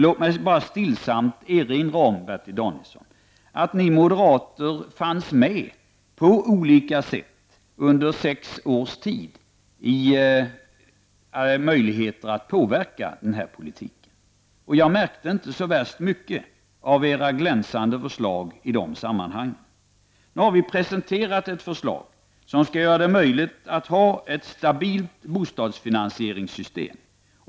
Låt mig stillsamt erinra om att ni moderater fanns med på olika sätt under sex års tid och att ni hade möjlighet att påverka denna politik. Jag märkte inte så värst mycket av era glänsande förslag i de sammanhangen. Nu har vi presenterat ett förslag som skall göra det möjligt att ha ett stabilt bostadsfinansieringssystem.